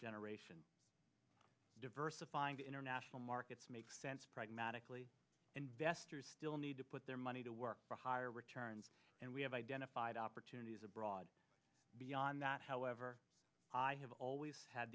generation diversifying to international markets makes sense pragmatically investors still need to put their money to work for higher returns and we have identified opportunities abroad beyond that however i have always had